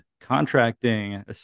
contracting